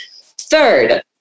third